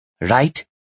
Right